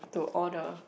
to all the